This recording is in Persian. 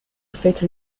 فکر